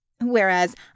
Whereas